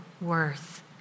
worth